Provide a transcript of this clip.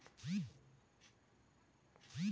हरी सब्जी में कौन कौन से कीट संक्रमण करते हैं?